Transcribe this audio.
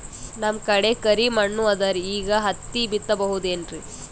ನಮ್ ಕಡೆ ಕರಿ ಮಣ್ಣು ಅದರಿ, ಈಗ ಹತ್ತಿ ಬಿತ್ತಬಹುದು ಏನ್ರೀ?